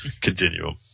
continuum